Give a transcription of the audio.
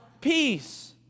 peace